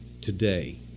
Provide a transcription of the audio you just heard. today